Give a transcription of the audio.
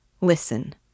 listen